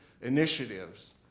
initiatives